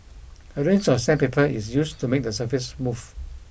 a range of sandpaper is used to make the surface smooth